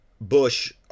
bush